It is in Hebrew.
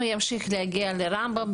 הוא ימשיך להגיע לרמב"ם,